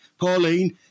Pauline